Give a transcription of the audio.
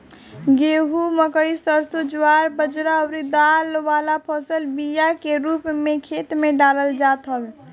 गेंहू, मकई, सरसों, ज्वार बजरा अउरी दाल वाला फसल बिया के रूप में खेते में डालल जात हवे